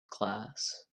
class